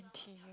N_T_U